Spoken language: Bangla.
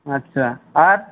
আচ্ছা আর